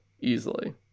easily